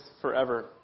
forever